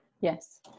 Yes